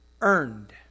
earned